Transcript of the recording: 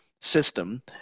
system